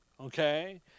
Okay